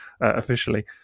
officially